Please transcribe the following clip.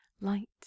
light